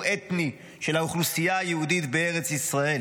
אתני של האוכלוסייה היהודית בארץ ישראל,